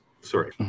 Sorry